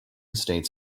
states